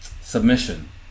submission